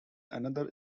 another